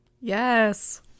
Yes